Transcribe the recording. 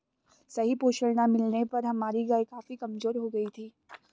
सही पोषण ना मिलने पर हमारी गाय काफी कमजोर हो गयी थी